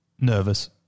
Nervous